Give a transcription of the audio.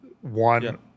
one